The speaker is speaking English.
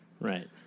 Right